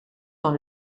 dans